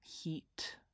heat